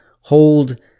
hold